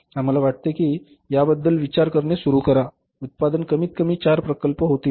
आम्हाला वाटते की याबद्दल विचार करणे सुरू करा उत्पादन कमीतकमी चार प्रकल्प होतील